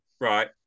right